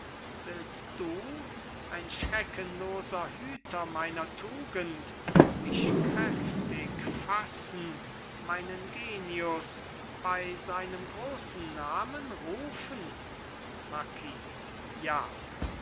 willst du ein schreckenloser hüter meiner tugend mich kräftig fassen meinen genius bei seinem großen namen rufen marquis ja